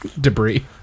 debris